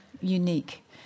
unique